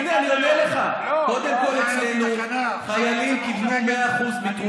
אם זה היה כל כך פשוט, למה לא עשו את זה